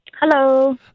Hello